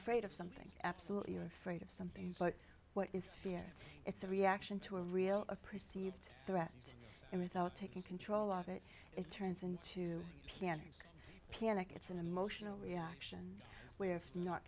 afraid of something absolutely or afraid of something but what is fear it's a reaction to a real a perceived threat and without taking control of it it turns into panic panic it's an emotional reaction where if not